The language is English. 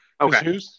Okay